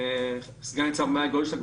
סגן ניצב מאיה גולדשלג,